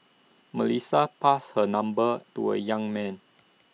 Melissa passed her number to A young man